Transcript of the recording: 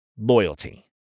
loyalty